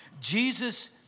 Jesus